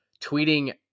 tweeting